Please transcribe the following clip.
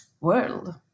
world